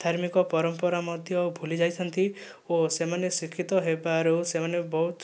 ଧାର୍ମିକ ପରମ୍ପରା ମଧ୍ୟ ଭୁଲିଯାଇଥାନ୍ତି ଓ ସେମାନେ ଶିକ୍ଷିତ ହେବାରୁ ସେମାନେ ବହୁତ